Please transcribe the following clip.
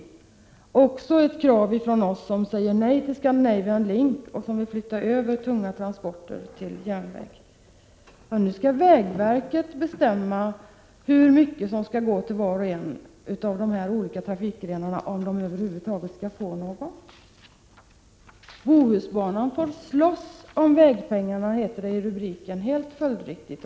Det är också ett krav från oss som säger nej till Scandinavian Link och vill flytta över de tunga transporterna på järnväg. Nu skall vägverket bestämma hur mycket som skall gå till var och en av dessa olika trafikgrenar, om de över huvud taget skall få någonting alls. ”Bohusbanan får slåss om vägpengarna”, lyder rubriken helt följdriktigt.